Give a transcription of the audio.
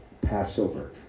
Passover